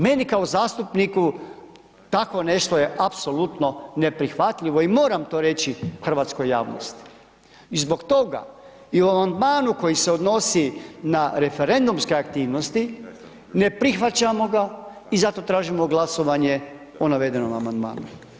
Meni kao zastupniku tako nešto je apsolutno neprihvatljivo i moram to reći hrvatskoj javnosti, i zbog toga i o amandmanu koji se odnosi na referendumske aktivnosti ne prihvaćamo ga i zato tražimo glasovanje o navedenom amandmanu.